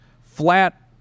flat